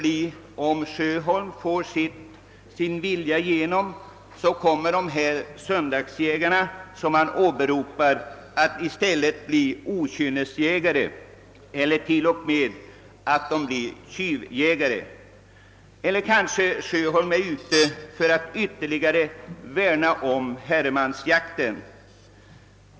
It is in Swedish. Om herr Sjöholm får sin vilja igenom, kommer kanske dessa söndagsjägare som han åberopar att i stället bli okynnesjägare eller t.o.m. tjuvjägare. Eller kanhända herr Sjöholm är ute för att ytterligare värna om herremansjakten?